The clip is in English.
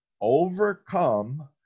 overcome